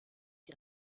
die